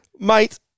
Mate